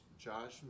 Josh